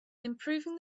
improving